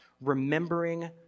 remembering